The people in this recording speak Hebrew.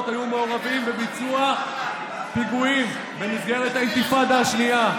היו מעורבים בביצוע פיגועים במסגרת האינתיפאדה השנייה.